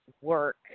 work